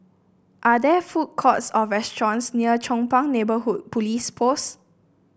are there food courts or restaurants near Chong Pang Neighbourhood Police Post